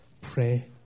Pray